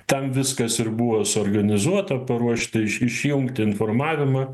tam viskas ir buvo suorganizuota paruošta iš išjungt informavimą